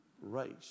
race